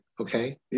Okay